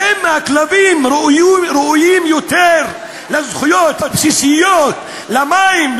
האם הכלבים ראויים לזכויות בסיסיות: למים,